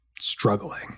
struggling